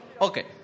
Okay